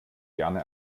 gerne